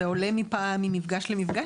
זה עולה ממפגש למפגש?